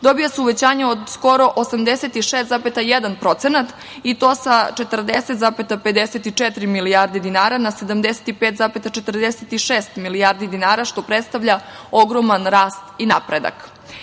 dobije se uvećanje od skoro 86,1% i to sa 40,54 milijardi dinara na 75,46 milijardi dinara, što predstavlja ogroman rast i napredak. Predlogom